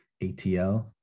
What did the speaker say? ATL